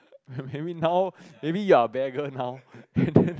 marry now maybe you are beggar now and then